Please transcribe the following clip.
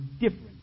different